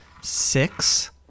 Six